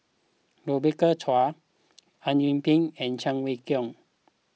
Rebecca Chua Au Yue Pak and Cheng Wai Keung